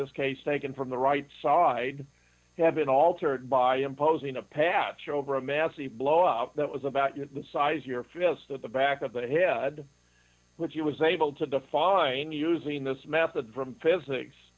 this case taken from the right side had been altered by imposing a patch over a massive blow up that was about your size here feels that the back of the head which he was able to define using this method from physics